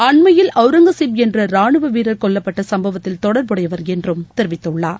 அண்மையில் ஔரங்கசீப் என்ற ராணுவ வீரர் கொல்லப்பட்ட சம்பவத்தில் தொடர்புடையவர் என்றும் தெரிவித்துள்ளார்